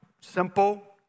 simple